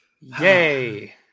Yay